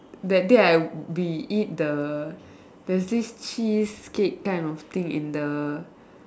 that day I we eat the there's this cheesecake kind of thing in the